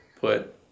put